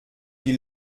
die